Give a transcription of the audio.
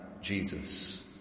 Jesus